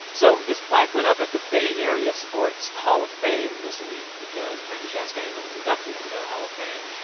so this plaque went up at the bay area sports hall of fame this week because brandi chastain was inducted into that hall of fame.